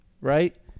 right